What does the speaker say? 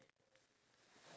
meat